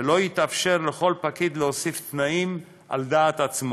ולא יתאפשר לכל פקיד להוסיף תנאים על דעת עצמו.